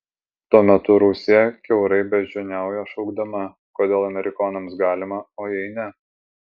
tuo metu rusija kiaurai beždžioniauja šaukdama kodėl amerikonams galima o jai ne